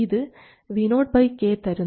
ഇത് Vo k തരുന്നു